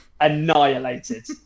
annihilated